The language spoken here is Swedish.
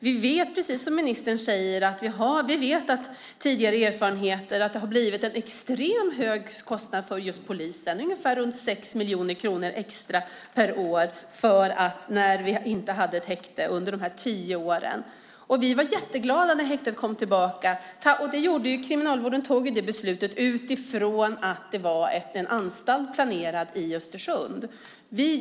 Vi vet, precis som ministern säger, av tidigare erfarenheter att det har blivit en extremt hög kostnad för polisen, ungefär 6 miljoner kronor extra per år under de tio år vi inte hade något häkte i Östersund. Vi var jätteglada när häktet kom tillbaka. Kriminalvården tog det beslutet utifrån att det planerades en anstalt i Östersund.